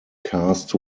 cast